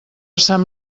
sant